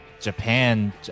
Japan